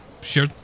Sure